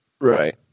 Right